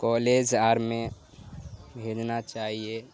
college آر میں بھیجنا چاہیے